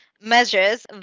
measures